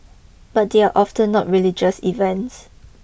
but they are often not religious events